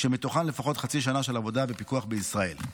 כשמתוכן לפחות חצי שנה של עבודה בפיקוח בישראל.